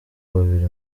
babiri